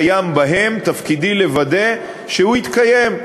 תפקידי לוודא שכל מה שקיים בהם יתקיים,